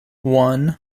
one